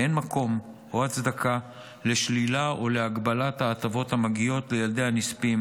אין מקום או הצדקה לשלילה או להגבלה של ההטבות המגיעות לילדי הנספים,